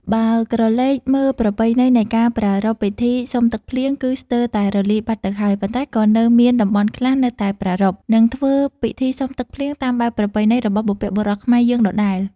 បើក្រឡេកមើលប្រពៃណីនៃការប្រារព្ធពិធីសុំទឹកភ្លៀង គឺស្ទើរតែរលាយបាត់ទៅហើយ ប៉ុន្តែ ក៏នៅមានតំបន់ខ្លះនៅតែប្រារព្ធ និងធ្វើពិធីសុំទឹកភ្លៀងតាមបែបប្រពៃណីរបស់បុព្វបុរសខ្មែរយើងដដែល។